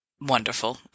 wonderful